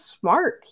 smart